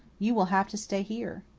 you will have to stay here.